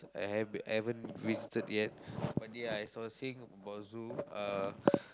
I have~ haven't visited yet one day I sourcing about zoo uh